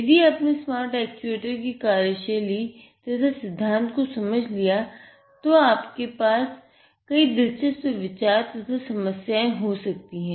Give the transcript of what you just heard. यदि आपने smart actuator की कार्यशैली तथा सिधांत को समझ लिया तो आपके आप कई दिलचस्प विचार तथा समस्याए हो सकती हैं